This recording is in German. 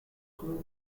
group